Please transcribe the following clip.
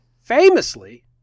famously